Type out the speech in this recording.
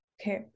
Okay